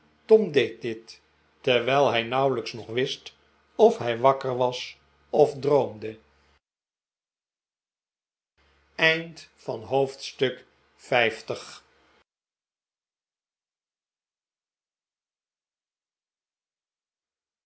tom deed dit terwijl hij nauwelijks nog wist of hij wakker was of droomde